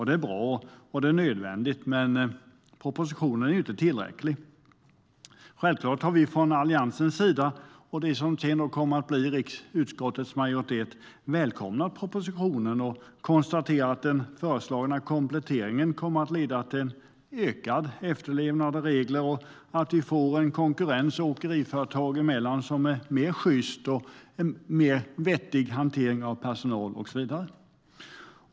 Det är bra och nödvändigt, men propositionen är inte tillräcklig. Alliansen, och det som sedan kom att bli utskottets majoritet, har självklart välkomnat propositionen och konstaterar att den föreslagna kompletteringen kommer att leda till ökad regelefterlevnad, att det blir sjystare konkurrens åkeriföretag emellan, vettigare hantering av personal och så vidare.